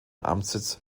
amtssitz